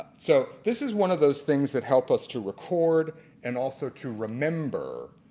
so this is one of those things that help us to record and also to remember